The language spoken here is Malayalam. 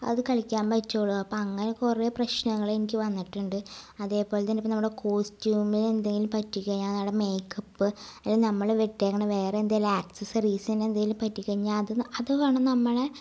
അത് കളിക്കാൻ പറ്റുകയുള്ളു അപ്പം അങ്ങനെ കുറെ പ്രശ്നങ്ങള് എനിക്ക് വന്നിട്ടുണ്ട് അതേപോലെ തന്നെ ഇപ്പം നമ്മുടെ കോസ്റ്റ്യൂമിനെന്തെങ്കിലും പറ്റി കഴിഞ്ഞാൽ നമ്മുടെ മേക്കപ്പ് അല്ലങ്കില് നമ്മള് വച്ചേക്കുന്ന വേറെ എന്തെലും ആക്സസറീസിന് എന്തെലും പറ്റി കഴിഞ്ഞാൽ അത് അത് കാരണം നമ്മളുടെ